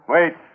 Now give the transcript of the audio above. Wait